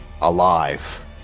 alive